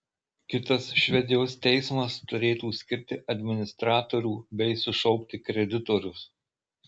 kitas švedijos teismas turėtų skirti administratorių bei sušaukti kreditorius